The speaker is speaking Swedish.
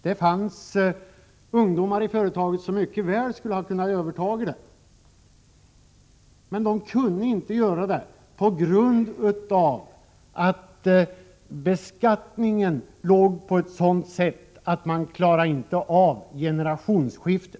Det finns ungdomar i familjen som mycket väl skulle ha kunnat överta företaget, men de kunde inte göra det på grund av att beskattningsreglerna är sådana att man inte klarar av ett generationsskifte.